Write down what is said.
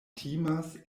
timas